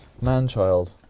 Man-child